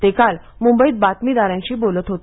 ते काल मुंबईत बातमीदारांशी बोलत होते